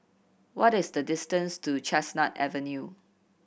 what is the distance to Chestnut Avenue